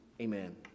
Amen